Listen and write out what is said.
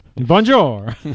Bonjour